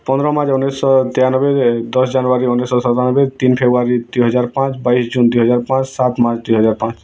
ପନ୍ଦର ମାର୍ଚ୍ଚ ଉଣେଇଶି ଶହ ତେୟାନବେ ଦଶ ଜାନୁଆରୀ ଉଣେଇଶି ଶହ ସତାନବେ ତିନି ଫେବୃଆରୀ ଦୁଇ ହଜାର ପାଞ୍ଚ ବାଇଶି ଜୁନ୍ ଦୁଇ ହାଜର ପାଞ୍ଚ ସାତ ମାର୍ଚ୍ଚ ଦୁଇ ହଜାର ପାଞ୍ଚ